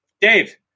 Dave